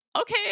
okay